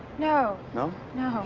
no? no. no.